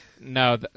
No